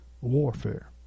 warfare